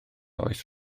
oes